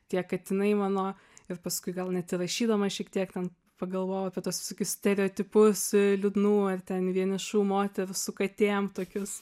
tie katinai mano ir paskui gal net ir rašydama šiek tiek ten pagalvojau apie tuos visokius stereotipus liūdnų ar ten vienišų moterų su katėm tokius